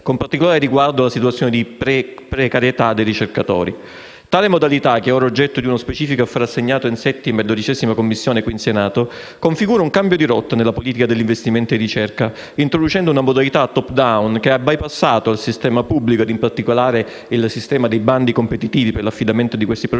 con particolare riguardo alla situazione di precarietà dei ricercatori. Tale modalità, che è ora oggetto di uno specifico affare assegnato in 7a e 12a Commissione qui in Senato, configura un cambio di rotta nella politica degli investimenti in ricerca, introducendo una modalità *top-down* che ha bypassato il sistema pubblico ed, in particolare, il sistema dei bandi competitivi per l'affidamento di questi progetti